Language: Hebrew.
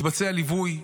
מתבצעים ליווי,